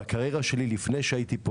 לפני שנהייתי חבר כנסת,